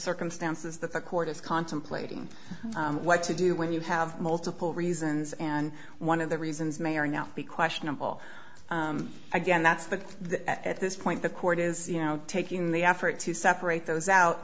circumstances that the court is contemplating what to do when you have multiple reasons and one of the reasons may or not be questionable again that's the at this point the court is you know taking the effort to separate those out